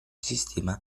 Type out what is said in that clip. sistema